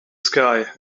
sky